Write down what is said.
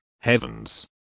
heavens